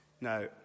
Now